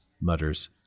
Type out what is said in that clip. Mutters